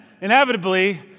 inevitably